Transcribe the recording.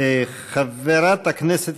חבריי